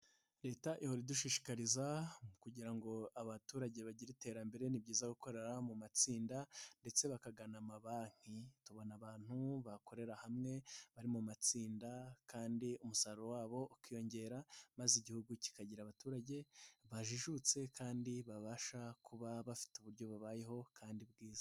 Leta ihora idushishikariza kugira ngo abaturage bagire iterambere, ni byiza gukorera mu matsinda ndetse bakagana amabanki, tubona abantu bakorera hamwe bari mu matsinda kandi umusaruro wabo ukiyongera, maze Igihugu kikagira abaturage bajijutse kandi babasha kuba bafite uburyo babayeho kandi bwiza.